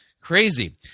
crazy